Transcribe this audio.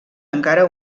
encara